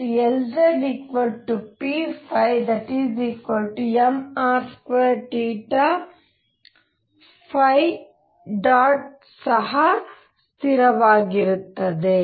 ಮತ್ತು Lzpmr2 ಸಹ ಸ್ಥಿರವಾಗಿರುತ್ತದೆ